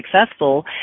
successful